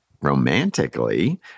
romantically